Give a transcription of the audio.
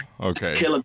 okay